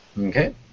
Okay